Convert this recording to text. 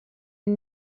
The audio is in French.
une